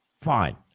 fine